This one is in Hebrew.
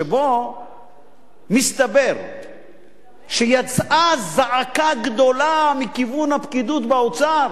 שבו מסתבר שיצאה זעקה גדולה מכיוון הפקידות באוצר,